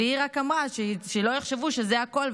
והיא רק אמרה שלא יחשבו שזה הכול,